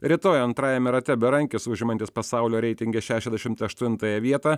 rytoj antrajame rate berankis užimantis pasaulio reitinge šešiasdešimt aštuntąją vietą